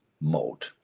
mode